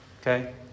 Okay